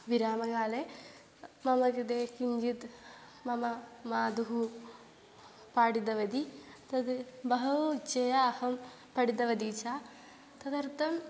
विरामकाले मम कृते किञ्जित् मम मातुः पाठितवती तत् बहवः इच्छया अहं पठितवती च तदर्थम्